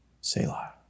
Selah